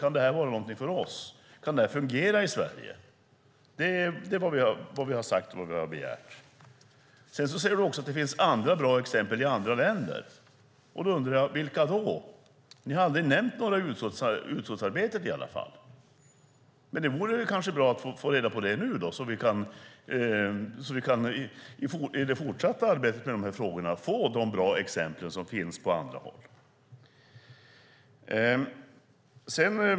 Kan det vara något för oss? Kan det här fungera i Sverige? Det är vad vi har sagt och begärt. Du säger också att det finns andra bra exempel i andra länder. Då undrar jag: Vilka då? Ni har aldrig nämnt några i utskottsarbetet i alla fall. Det vore kanske bra att få reda på det nu, så att vi i det fortsatta arbetet med de här frågorna kan få de bra exempel som finns på andra håll.